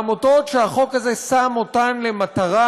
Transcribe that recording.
העמותות שהחוק הזה שם אותן למטרה,